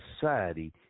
society